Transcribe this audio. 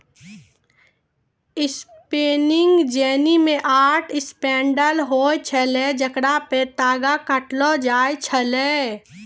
spinning jenny मे आठ spindle होय छलै जेकरा पे तागा काटलो जाय छलै